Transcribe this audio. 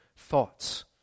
Thoughts